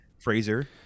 Fraser